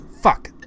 Fuck